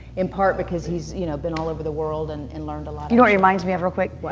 in part because he's you know been all over the world and and learned a lot. you know what he reminds me of real quick? what?